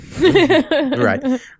right